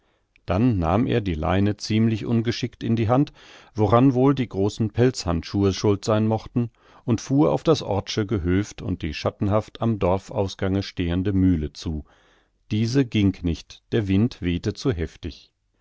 dann nahm er die leine ziemlich ungeschickt in die hand woran wohl die großen pelzhandschuhe schuld sein mochten und fuhr auf das orth'sche gehöft und die schattenhaft am dorfausgange stehende mühle zu diese ging nicht der wind wehte zu heftig